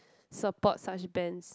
support such bands